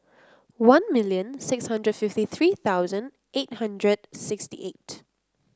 one million six hundred fifty three thousand eight hundred sixty eight